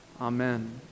Amen